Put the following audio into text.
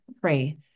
pray